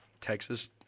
Texas –